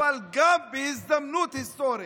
אבל גם בהזדמנות היסטורית.